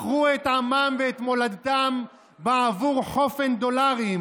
מכרו את עמם ואת מולדתם בעבור חופן דולרים,